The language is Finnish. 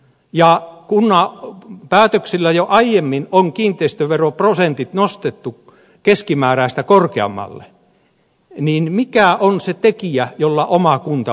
kun kunnan päätöksillä jo aiemmin on kiinteistöveroprosentit nostettu keskimääräistä korkeammalle niin mikä on se tekijä jolla oma kunta voi siihen vaikuttaa